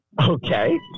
Okay